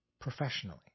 professionally